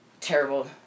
terrible